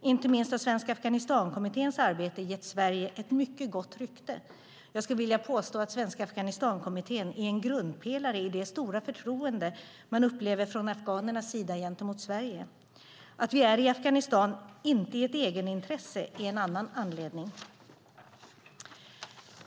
Inte minst har Svenska Afghanistankommitténs arbete gett Sverige ett mycket gott rykte. Jag skulle vilja påstå att Svenska Afghanistankommittén är en grundpelare i det stora förtroende man från afghanernas sida upplever gentemot Sverige. Att vi inte är i Afghanistan av ett egenintresse är en annan anledning.